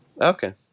Okay